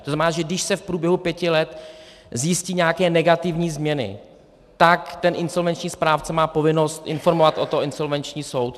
To znamená, že když se v průběhu pěti let zjistí nějaké negativní změny, tak ten insolvenční správce má povinnost informovat o tom insolvenční soud.